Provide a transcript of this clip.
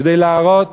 כדי להראות